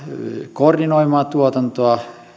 koordinoimaan tuotantoa